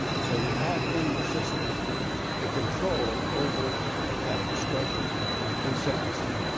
so we have in the system a control over that discretion in sentencing.